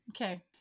Okay